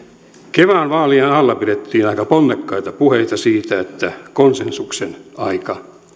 kevään vaalien alla pidettiin aika ponnekkaita puheita siitä että konsensuksen aika